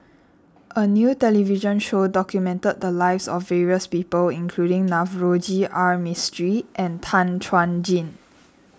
a new television show documented the lives of various people including Navroji R Mistri and Tan Chuan Jin